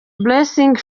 blessing